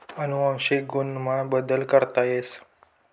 अनुवंशिक गुण मा बदल करता येस